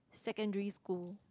secondary school